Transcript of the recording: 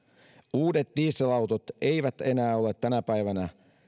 uudet dieselautot eivät enää ole tänä päivänä